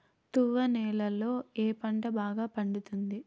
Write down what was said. తువ్వ నేలలో ఏ పంట బాగా పండుతుంది?